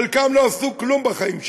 חלקם לא עשו כלום בחיים שלהם.